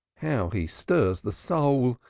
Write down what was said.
how he stirs the soul!